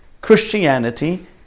Christianity